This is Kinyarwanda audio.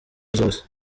zose